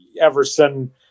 Everson